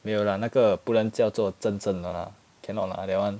没有 lah 那个不能叫做真正的 lah cannot lah that [one]